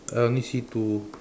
I only see two